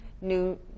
new